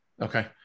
Okay